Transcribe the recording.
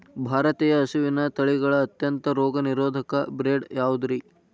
ಭಾರತೇಯ ಹಸುವಿನ ತಳಿಗಳ ಅತ್ಯಂತ ರೋಗನಿರೋಧಕ ಬ್ರೇಡ್ ಯಾವುದ್ರಿ?